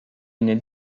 une